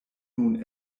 nun